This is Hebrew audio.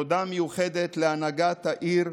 תודה מיוחדת להנהגת העיר,